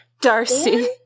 Darcy